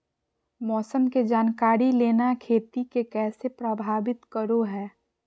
मौसम के जानकारी लेना खेती के कैसे प्रभावित करो है?